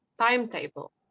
timetable